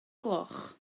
gloch